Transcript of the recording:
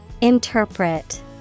Interpret